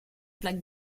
plaques